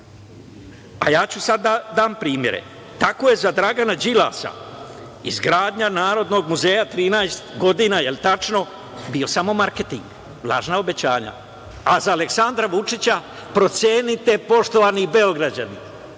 a ja ću sad da dam primere. Tako je za Dragana Đilasa izgradnja Narodnog muzeja 13 godina, je li tačno, bio samo marketing, lažna obećanja, a za Aleksandra Vučića, procenite poštovani Beograđani,